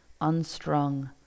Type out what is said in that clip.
unstrung